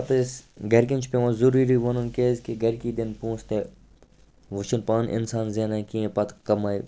پَتہٕ ٲسۍ گَرِکٮ۪ن چھُ پٮ۪وان ضروٗری وَنُن کیٛازکہِ گَرِکی دِن پۅنٛسہٕ تہِ وُچھان پانہٕ اِنسان زینان کِہیٖنٛۍ پَتہٕ کَماوِ